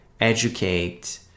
educate